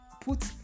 put